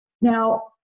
Now